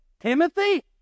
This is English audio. Timothy